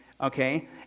okay